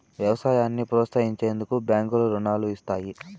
వ్యవసాయాన్ని ప్రోత్సహించేందుకు బ్యాంకులు రుణాలను ఇస్తాయి